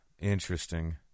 Interesting